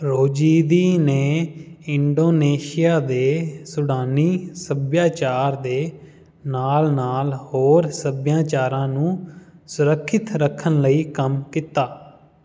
Rosidi ਨੇ Indonesia ਦੇ ਸੁਡਾਨੀ ਸੱਭਿਆਚਾਰ ਦੇ ਨਾਲ ਨਾਲ ਹੋਰ ਸਭਿਆਚਾਰਾਂ ਨੂੰ ਸੁਰੱਖਿਅਤ ਰੱਖਣ ਲਈ ਕੰਮ ਕੀਤਾ